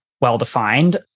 well-defined